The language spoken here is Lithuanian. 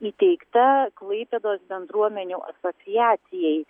įteikta klaipėdos bendruomenių asociacijai